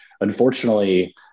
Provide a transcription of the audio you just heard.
unfortunately